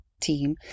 team